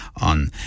on